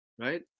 Right